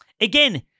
Again